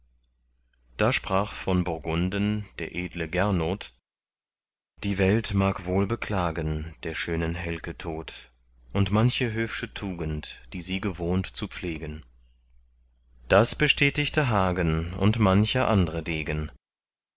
da sprach von burgunden der edle gernot die welt mag wohl beklagen der schönen helke tod und manche höfsche tugend die sie gewohnt zu pflegen das bestätigte hagen und mancher andre degen